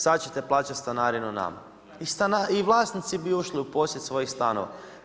Sad ćete plaćati stanarinu nama i vlasnici bi ušli u posjed svojih stanova.